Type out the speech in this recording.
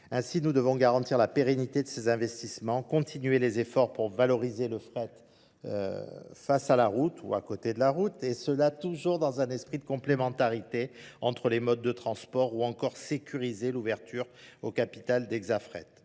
Ainsi, nous devons garantir la pérennité de ces investissements, continuer les efforts pour valoriser le fret face à la route ou à côté de la route et cela toujours dans un esprit de complémentarité entre les modes de transport ou encore sécuriser l'ouverture au capital d'Exafret.